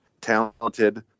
talented